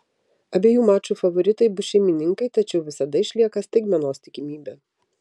abiejų mačų favoritai bus šeimininkai tačiau visada išlieka staigmenos tikimybė